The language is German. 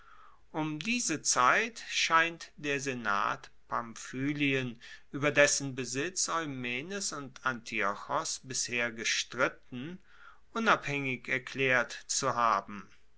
um diese zeit scheint der senat pamphylien ueber dessen besitz eumenes und antiochos bisher gestritten unabhaengig erklaert zu haben